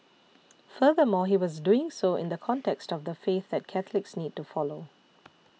furthermore he was doing so in the context of the faith that Catholics need to follow